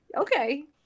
okay